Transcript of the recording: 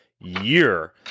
year